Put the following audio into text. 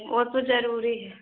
ओ तो ज़रूरी है